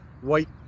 white